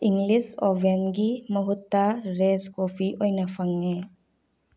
English ꯑꯣꯕꯦꯟꯒꯤ ꯃꯍꯨꯠꯇ ꯔꯦꯖ ꯀꯣꯐꯤ ꯑꯣꯏꯅ ꯐꯪꯉꯦ